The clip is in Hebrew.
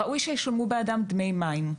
ראוי שישלמו בעדם דמי מים.